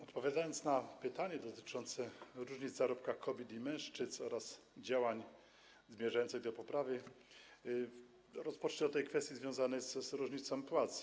Odpowiadając na pytanie dotyczące różnic w zarobkach kobiet i mężczyzn oraz działań zmierzających do poprawy, rozpocznę od tej kwestii związanej z różnicą płac.